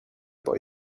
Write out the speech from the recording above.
boy